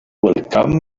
welcomed